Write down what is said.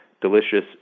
delicious